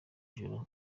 juru